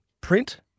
print